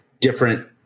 different